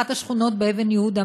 אחת השכונות באבן יהודה,